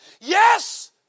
Yes